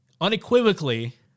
unequivocally